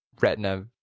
retina